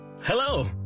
hello